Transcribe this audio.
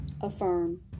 Affirm